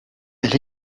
elle